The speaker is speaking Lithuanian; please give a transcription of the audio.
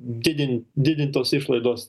didin didintos išlaidos